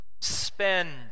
spend